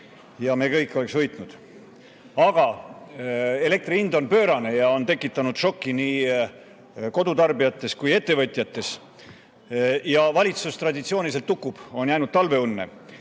ja me kõik oleks võitnud. Aga elektri hind on pöörane ja on tekitanud šoki nii kodutarbijates kui ka ettevõtjates. Valitsus traditsiooniliselt tukub, on jäänud talveunne.